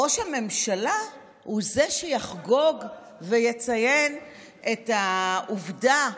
ראש הממשלה הוא שיחגוג ויציין את העובדה.